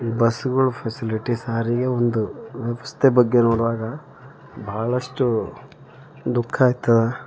ಬಸ್ಗಳ ಫೆಸಿಲಿಟಿ ಸಾರಿಗೆ ಒಂದು ವ್ಯವಸ್ಥೆ ಬಗ್ಗೆ ನೋಡುವಾಗ ಬಹಳಷ್ಟು ದುಃಖ ಆಯ್ತದ